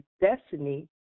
destiny